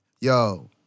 Yo